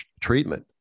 treatment